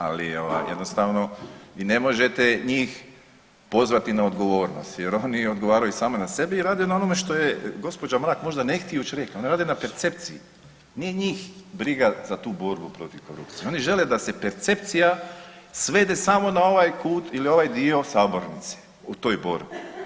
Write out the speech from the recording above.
Ali, jednostavno vi ne možete njih pozvati na odgovornost, jer oni odgovaraju samo na sebi i rade na onome što je gospođa Mrak možda ne htijuć rekla, oni rade na percepciji, nije njih briga za tu borbu protiv korupcije, oni žele da se percepcija svede samo na ovaj kut ili ovaj dio Sabornice u toj borbi.